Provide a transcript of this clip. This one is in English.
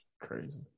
Crazy